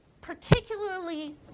particularly